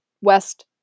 west